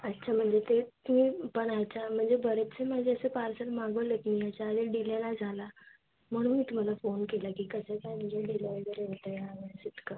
अच्छा म्हणजे ते तुम्ही पण ऐका म्हणजे बरेचसे माझे असे पार्सल मागवले आहेत मी याच्या आधी डिले नाही झाला म्हणून मी तुम्हाला फोन केला की कसं काय म्हणजे डिले वगैरे होत आहे ह्यावेळेस इतकं